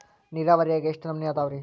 ನೇರಾವರಿಯಾಗ ಎಷ್ಟ ನಮೂನಿ ಅದಾವ್ರೇ?